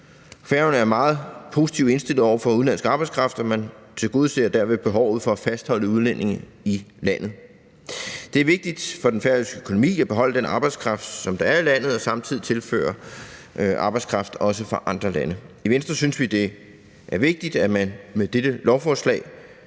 Færøerne er meget positivt indstillet over for udenlandsk arbejdskraft, og man tilgodeser derved behovet for at fastholde udlændinge i landet. Det er vigtigt for den færøske økonomi at beholde den arbejdskraft, der er i landet, og samtidig tilføre arbejdskraft også fra andre lande. I Venstre synes vi, det er vigtigt, at man med dette lovforslag